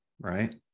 right